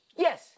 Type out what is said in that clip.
Yes